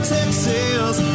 Texas